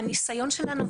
מהניסיון שלנו,